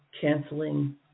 canceling